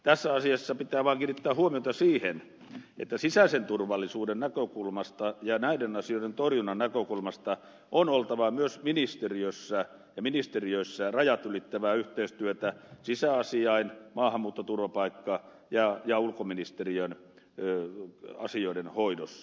tässä asiassa pitää vaan kiinnittää huomiota siihen että sisäisen turvallisuuden näkökulmasta ja näiden asioiden torjunnan näkökulmasta on oltava myös ministeriössä ja ministeriöissä rajat ylittävää yhteistyötä sisäasiain maahanmuutto turvapaikka ja ulkoministeriön asioiden hoidossa